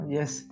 Yes